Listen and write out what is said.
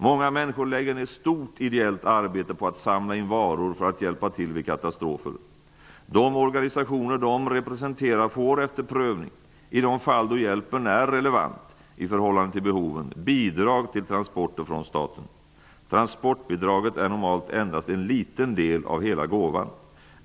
Många människor lägger ned stort ideellt arbete på att samla in varor för att hjälpa till vid katastrofer. De organisationer de representerar får efter prövning, i de fall hjälpen är relevant i förhållande till behoven, bidrag från staten till transporter. Transportbidraget är normalt endast en liten del av hela gåvan.